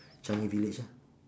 changi-village lah